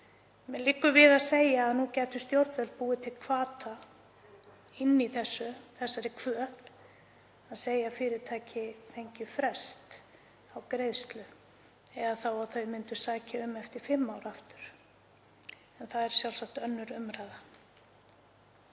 Mér liggur við að segja að nú gætu stjórnvöld búið til hvata inni í þessari kvöð og segja að fyrirtæki fái frest á greiðslu eða þá að þau sæki um eftir fimm ár aftur, en það er sjálfsagt önnur umræða.